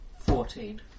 Fourteen